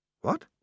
What